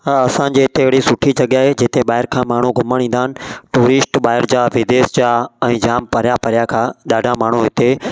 हा असांजे हिते अहिड़ी सुठी जॻह आहे जिते ॿाहिरि खां माण्हू घुमण ईंदा आहिनि टूरिस्ट ॿाहिरि जा विदेश जा ऐं जाम परियां परियां खां ॾाढा माण्हू हिते